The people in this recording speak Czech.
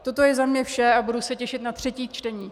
Toto je ode mne vše a budu se těšit na třetí čtení.